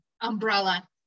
umbrella